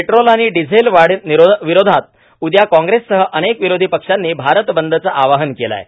petrol आणि diesel वाढीविरोधात उद्या काँग्रेससह अनेक विरोधी पक्षांनी भारत बंदचं आवाहन केलं आहे